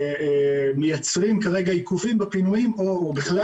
ומייצרים כרגע עיכובים בפינויים או בכלל